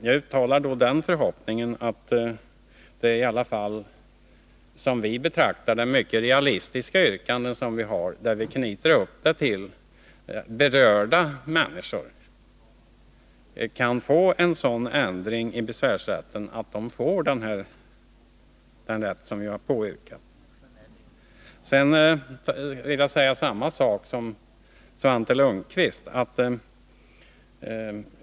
Jag uttalar då den förhoppningen att vårt —i alla fall som vi betraktar det — mycket realistiska yrkande skall kunna tillgodoses, så att berörda människor skall få en sådan ändring i besvärsrätten som vi har föreslagit. Sedan vill jag säga samma sak som Svante Lundkvist.